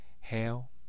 Hail